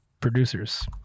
producers